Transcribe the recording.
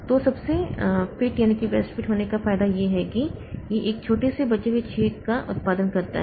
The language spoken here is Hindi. तो सबसे फिट होने का फायदा यह है कि यह एक छोटे से बचे हुए छेद का उत्पादन करता है